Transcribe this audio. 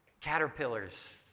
caterpillars